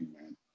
man